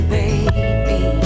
baby